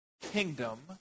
kingdom